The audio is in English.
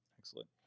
Excellent